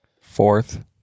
Fourth